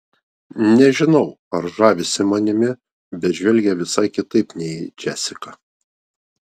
nežinau ar žavisi manimi bet žvelgia visai kitaip nei į džesiką